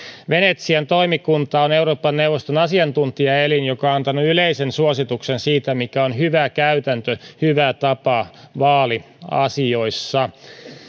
venetsian toimikunta on euroopan neuvoston asiantuntijaelin joka on antanut yleisen suosituksen siitä mikä on hyvä käytäntö hyvä tapa vaaliasioissa